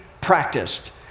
practiced